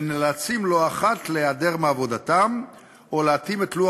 ונאלצים לא אחת להיעדר מעבודתם או להתאים את לוח